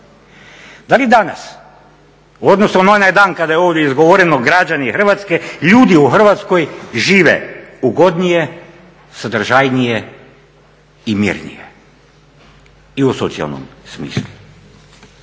Da li danas u odnosu na onaj dan kada je ovdje izgovoreno građani Hrvatske, ljudi u Hrvatskoj žive ugodnije, sadržajnije i mirnije i u socijalnom smislu.